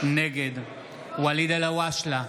נגד ואליד אלהואשלה,